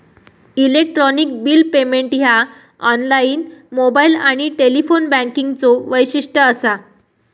electronic bill payment ह्या online, mobile आणि telephone बँकिंगचो वैशिष्ट्य असा